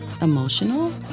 emotional